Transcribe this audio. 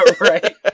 right